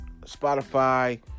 Spotify